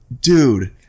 dude